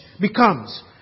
becomes